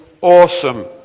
awesome